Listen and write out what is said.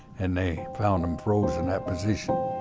and they found him froze in that position.